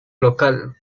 local